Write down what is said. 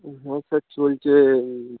হ্যাঁ স্যার চলছে